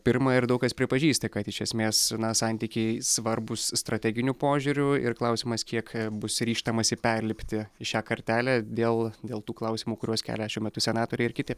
pirma ir daug kas pripažįsta kad iš esmės na santykiai svarbūs strateginiu požiūriu ir klausimas kiek bus ryžtamasi perlipti šią kartelę dėl dėl tų klausimų kuriuos kelia šiuo metu senatoriai ir kiti